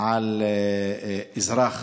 על אזרח